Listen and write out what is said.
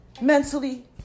mentally